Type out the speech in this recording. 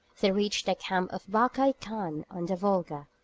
they reached the camp of barkai-khan on the volga.